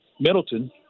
Middleton